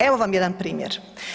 Evo vam jedan primjer.